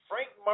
Frank